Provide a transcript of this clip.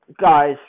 Guys